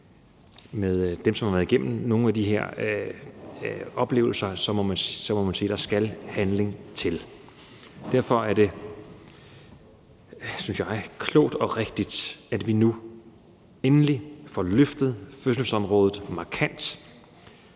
med dem, der har været igennem nogle af de oplevelser, må man sige, at der skal handling til. Derfor er det, synes jeg, klogt og rigtigt, at vi nu endelig får løftet fødselsområdet markant.